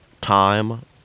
time